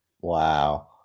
Wow